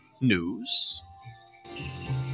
news